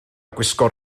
gwisgo